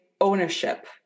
ownership